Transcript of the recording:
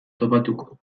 topatuko